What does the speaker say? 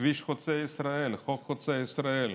כביש חוצה ישראל, חוק חוצה ישראל.